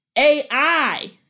AI